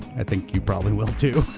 i think you probably will, too,